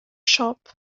shop